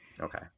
Okay